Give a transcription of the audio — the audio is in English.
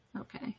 Okay